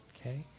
Okay